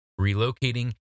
relocating